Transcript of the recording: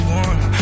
one